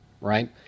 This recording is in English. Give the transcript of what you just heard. right